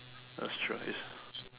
that's true it's